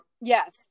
Yes